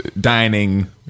dining